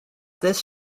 this